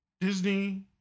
Disney